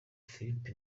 philip